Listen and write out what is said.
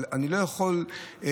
אבל אני לא יכול להגיד